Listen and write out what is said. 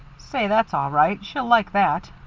say, that's all right. she'll like that.